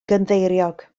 gynddeiriog